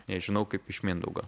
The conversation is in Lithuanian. nežinau kaip iš mindaugo